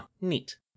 Neat